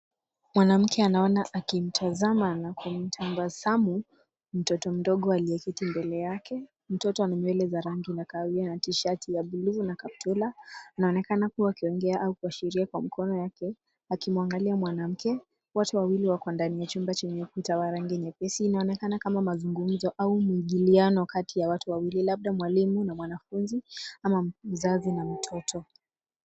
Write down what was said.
Mwanamke anaona akimtazama na kumtabasamu mtoto mdogo aliyeketi mbele yake. Mtoto ana nywele za rangi ya kahawia na tishati ya buluu na kaptula. Anaonekana kuwa akiongea au kuashiria kwa mkono wake, akimwangalia mwanamke. Wote wawili wako ndani ya chumba chenye kuta ya rangi nyepesi. Inaonekana kama mazungumzo ama mwingiliano kati ya watu wawili, labda mwalimu na mwanafunzi ama mzazi na mtoto.